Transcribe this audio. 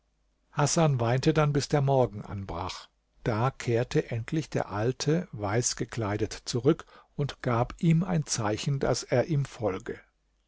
hasan weinte dann bis der morgen anbrach da kehrte endlich der alte weiß gekleidet zurück und gab ihm ein zeichen daß er ihm folge